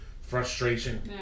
frustration